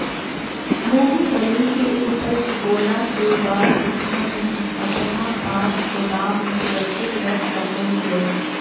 मूंगफली के ऊपज होला के बाद कितना दिन अपना पास गोदाम में सुरक्षित रख सको हीयय?